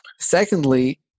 Secondly